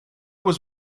was